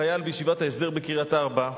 חייל בישיבת ההסדר בקריית-ארבע,